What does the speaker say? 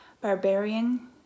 barbarian